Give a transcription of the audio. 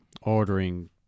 ordering